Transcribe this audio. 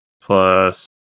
plus